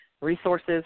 resources